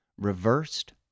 Reversed